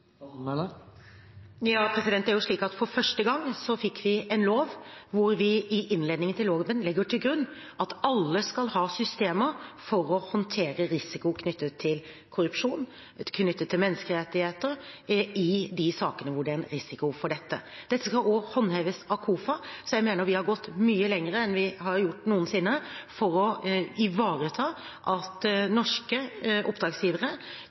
Det er jo slik at for første gang har vi fått en lov hvor vi i innledningen til loven legger til grunn at alle skal ha systemer for å håndtere risiko knyttet til korrupsjon og til menneskerettigheter, i de sakene hvor det er en risiko for dette. Dette skal også håndheves av KOFA, så jeg mener vi har gått mye lenger enn vi har gjort noensinne for å ivareta at norske oppdragsgivere